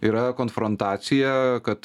yra konfrontacija kad